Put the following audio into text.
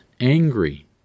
angry